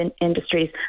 industries